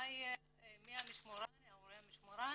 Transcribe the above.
מי יהיה ההורה המשמורן,